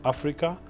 Africa